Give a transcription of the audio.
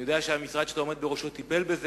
אני יודע שהמשרד שאתה עומד בראשו טיפל בזה,